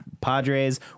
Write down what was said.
Padres